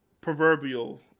proverbial